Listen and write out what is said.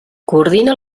coordina